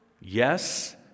Yes